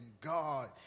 God